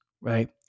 Right